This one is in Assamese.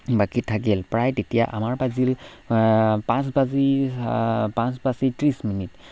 বাকী থাকিল প্ৰায় তেতিয়া আমাৰ বাজিল পাঁচ বাজি পাঁচ বাজি ত্ৰিছ মিনিট